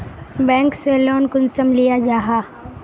Bank से loan कुंसम लिया जाहा?